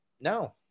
No